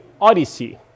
Odyssey